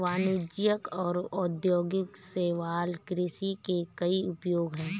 वाणिज्यिक और औद्योगिक शैवाल कृषि के कई उपयोग हैं